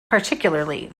particularly